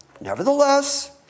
Nevertheless